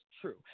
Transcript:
true